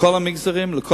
לכל המגזרים, אגב.